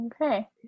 Okay